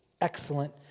excellent